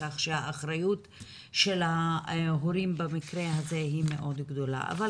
כך שהאחריות של ההורים במקרה הזה היא גדולה מאוד.